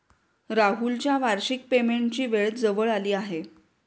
राहुलच्या वार्षिक पेमेंटची वेळ जवळ आली आहे